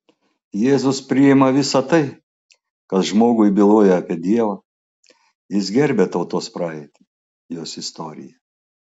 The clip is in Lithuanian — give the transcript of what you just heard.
jėzus priima visa tai kas žmogui byloja apie dievą jis gerbia tautos praeitį jos istoriją